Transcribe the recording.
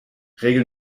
regel